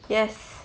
yes